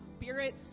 spirit